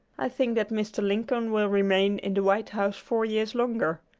i think that mr. lincoln will remain in the white house four years longer,